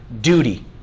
duty